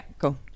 cool